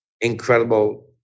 incredible